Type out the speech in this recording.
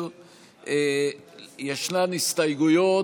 ישנן הסתייגויות,